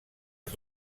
els